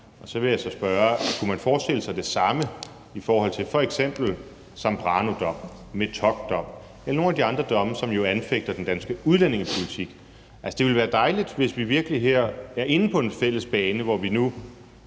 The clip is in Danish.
Så vil jeg så spørge: Kunne man forestille sig det samme i forhold til f.eks. Zambranodommen, Metockdommen eller nogle af de andre domme, som jo anfægter den danske udlændingepolitik? Altså, det ville være dejligt, hvis vi her var inde på en fælles bane, hvor vi nu